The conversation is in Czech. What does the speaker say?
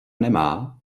nemá